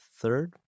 third